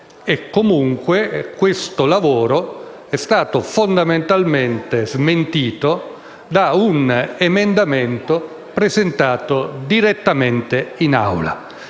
Commissione, tuttavia esso è stato fondamentalmente smentito da un emendamento presentato direttamente in Aula.